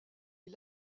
est